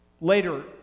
Later